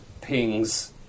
Pings